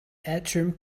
atrium